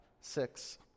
six